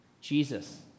Jesus